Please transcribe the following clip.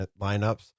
lineups